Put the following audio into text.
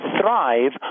thrive